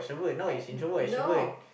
I no